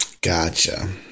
Gotcha